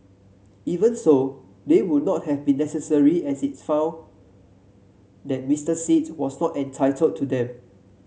even so they would not have been necessary as it found that Mister Sit was not entitled to them